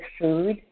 food